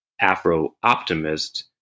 Afro-optimist